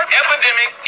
epidemic